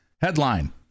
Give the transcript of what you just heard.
headline